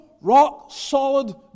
rock-solid